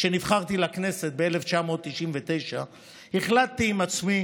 כשנבחרתי לכנסת ב-1999 החלטתי עם עצמי